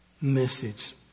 message